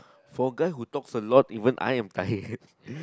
for guy who talks a lot even I am tired